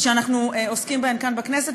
שאנחנו עוסקים בהן כאן בכנסת,